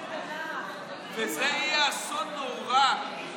הרפורמה כל כך טובה וזו דרך טובה יותר